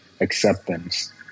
acceptance